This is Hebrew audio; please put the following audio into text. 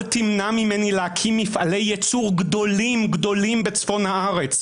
אל תמנע ממני להקים מפעלי ייצור גדולים בצפון הארץ.